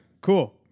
cool